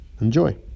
Enjoy